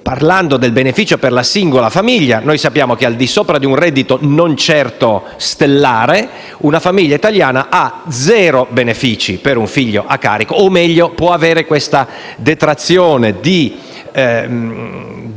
Parlando del beneficio per la singola famiglia, sappiamo che al di sopra di un reddito non certo stellare, una famiglia italiana ha zero benefici per un figlio a carico, o meglio può avere una detrazione di